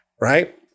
right